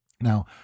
Now